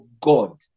God